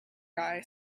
guy